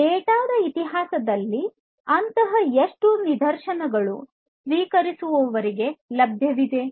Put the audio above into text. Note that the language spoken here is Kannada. ಡೇಟಾದ ಇತಿಹಾಸದಲ್ಲಿ ಅಂತಹ ಎಷ್ಟು ನಿದರ್ಶನಗಳು ಸ್ವೀಕರಿಸುವವರಿಗೆ ಲಭ್ಯವಿದೆ